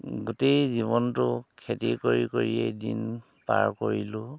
গোটেই জীৱনটো খেতি কৰি কৰিয়েই দিন পাৰ কৰিলোঁ